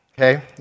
okay